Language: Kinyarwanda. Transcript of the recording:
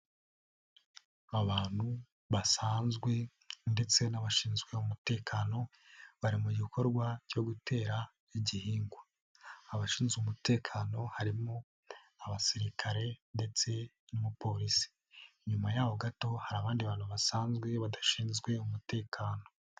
Abantu basanzwe ndetse n'abashinzwe umutekano, bari mu gikorwa cyo gutera igihingwa. Abashinzwe umutekano, harimo abasirikare ndetse n'umupolisi. Inyuma yaho gato hari abandi bantu basanzwe badashinzwe umutekano.